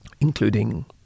including